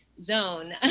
zone